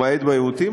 למעט בעימותים,